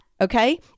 okay